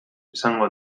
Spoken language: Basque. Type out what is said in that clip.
esango